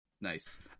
Nice